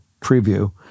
preview